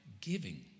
giving